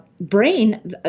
brain